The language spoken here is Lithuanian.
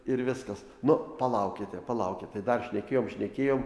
ir viskas nu palaukite palaukite dar šnekėjom šnekėjom